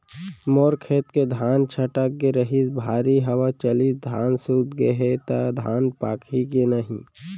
मोर खेत के धान छटक गे रहीस, भारी हवा चलिस, धान सूत गे हे, त धान पाकही के नहीं?